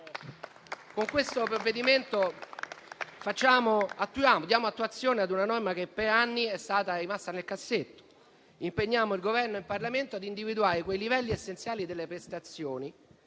Con il provvedimento in esame diamo attuazione a una norma che per anni è rimasta nel cassetto, ovvero impegniamo il Governo e il Parlamento a individuare i livelli essenziali delle prestazioni